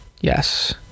Yes